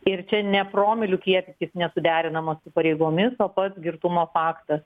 ir čia ne promilių kiekis nesuderinamas pareigomis o pats girtumo faktas